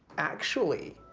actually,